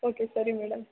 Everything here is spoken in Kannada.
ಓಕೆ ಸರಿ ಮೇಡಮ್